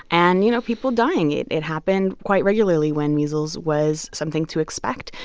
and, you know, people dying it it happened quite regularly when measles was something to expect.